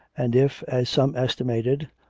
and if, as some estimated,